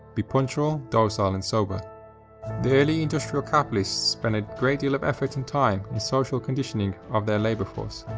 be punctual, docile, and sober the early industrial capitalists spent a great deal of effort and time in the social conditioning of their labor force,